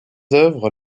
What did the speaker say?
œuvres